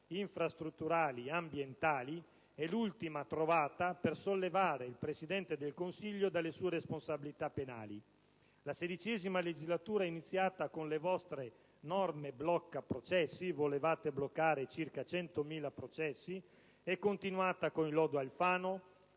infrastrutturali e ambientali), è l'ultima trovata per sollevare il Presidente del Consiglio dalle sue responsabilità penali. La XVI legislatura è iniziata con le vostre norme blocca processi - volevate bloccare circa 100.000 processi - ed è continuata con il lodo Alfano,